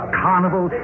carnival